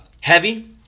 heavy